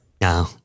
no